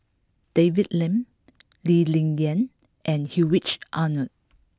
David Lim Lee Ling Yen and Hedwig Anuar